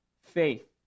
faith